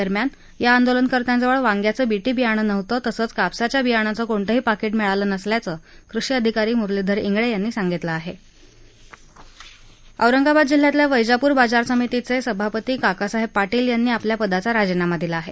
दरम्यान या आंदोलनकत्यांजवळ वांग्याचं बीटी बियाणं नव्हतं तसंच कापसाच्या बियाण्याचं कुठलंही पक्टि मिळालं नसल्याचं कृषी अधिकारी मुरलीधर औरंगाबाद जिल्ह्यातल्या वैजापूर बाजार समितीचे सभापती काकासाहेब पाटील यांनी आपल्या पदाचा राजीनामा दिला आहे